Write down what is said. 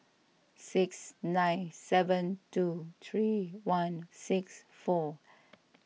six nine seven two three one six four